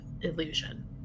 illusion